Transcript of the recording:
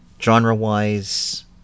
genre-wise